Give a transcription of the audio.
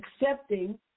accepting